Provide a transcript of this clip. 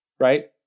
Right